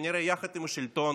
וכנראה יחד עם השלטון